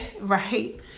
right